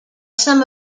some